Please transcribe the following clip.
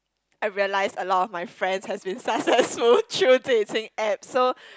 I realise a lot of my friends has been successful through dating app so